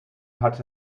hatte